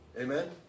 Amen